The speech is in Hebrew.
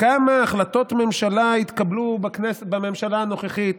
כמה החלטות ממשלה התקבלו בממשלה הנוכחית.